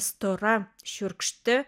stora šiurkšti